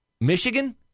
Michigan